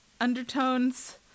undertones